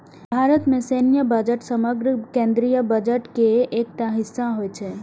भारत मे सैन्य बजट समग्र केंद्रीय बजट के एकटा हिस्सा होइ छै